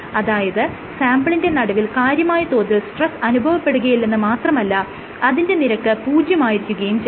അതായത് സാംപിളിന്റെ നടുവിൽ കാര്യമായ തോതിൽ സ്ട്രെസ് അനുഭവപ്പെടുകയില്ലെന്ന് മാത്രമല്ല അതിന്റെ നിരക്ക് പൂജ്യമായിരിക്കുകയും ചെയ്യും